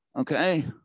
okay